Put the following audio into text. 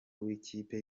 w’ikipe